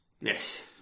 Yes